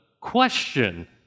question